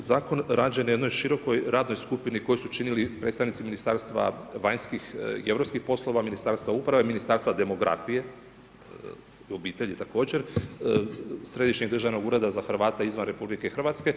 Pa ovaj je zakon rađen na jednoj širokoj radnoj skupini koju su činili predstavnici Ministarstva vanjskih i europskih poslova, Ministarstva uprave, Ministarstva demografije, obitelji također, Središnjeg državnog ureda za Hrvate izvan RH.